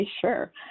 sure